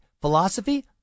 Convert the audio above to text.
philosophy